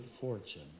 fortune